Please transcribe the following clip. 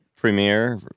premiere